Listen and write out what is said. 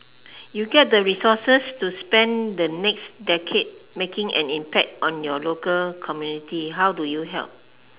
you get the resources to spend the next decade making an impact on your local community how do you help